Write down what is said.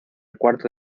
cuarto